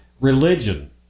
Religion